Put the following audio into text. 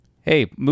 Hey